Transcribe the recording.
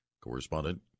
Correspondent